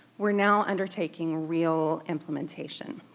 we're now undertaking real implementation.